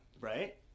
Right